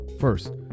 First